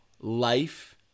life